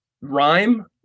rhyme